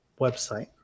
website